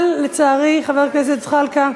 אבל לצערי, חבר הכנסת זחאלקה,